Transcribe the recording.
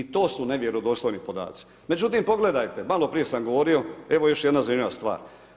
I to su nevjerodostojni podaci, međutim pogledajte maloprije sam govorio, evo još jedna zanimljiva stvar.